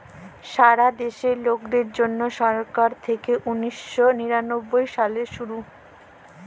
ছারা দ্যাশে লকদের জ্যনহে ছরকার থ্যাইকে উনিশ শ নিরানব্বই সালে শুরু